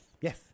Yes